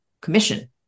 commission